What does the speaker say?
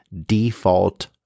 Default